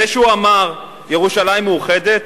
זה שהוא אמר ירושלים מאוחדת?